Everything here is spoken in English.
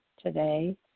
today